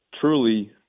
truly